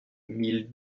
mille